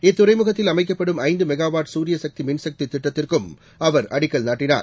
இத்துறைமுகத்தில் அமைக்கப்படும் ஐந்து மெகாவாட் சூரியசக்தி மின்சக்தி திட்டத்திற்கும் அவர் அடிக்கல் நாட்டினார்